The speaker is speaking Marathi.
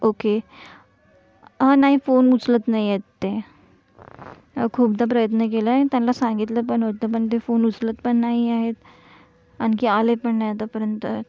ओ के नाही फोन उचलत नाही आहेत ते खूपदा प्रयत्न केला आहे त्यांना सांगितलं पण होतं पण ते फोन उचलत पण नाही आहेत आणखी आले पण नाही आतापर्यंत